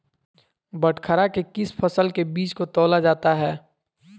बटखरा से किस फसल के बीज को तौला जाता है?